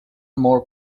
more